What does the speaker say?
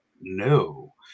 no